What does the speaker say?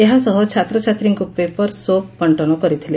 ଏହାସହ ଛାତ୍ରଛାତ୍ରୀଙ୍କୁ paper soap ବଙ୍କନ କରିଥିଲେ